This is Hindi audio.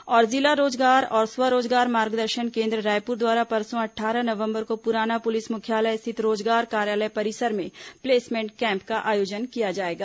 और जिला रोजगार और स्व रोजगार मार्गदर्शन केन्द्र रायपुर द्वारा परसों अट्ठारह नवंबर को पुराना पुलिस मुख्यालय स्थित रोजगार कार्यालय परिसर में प्लेसमेंट कैम्प का आयोजन किया जाएगा